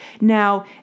Now